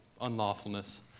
unlawfulness